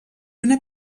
una